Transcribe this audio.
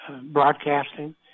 broadcasting